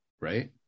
right